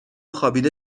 خوابیده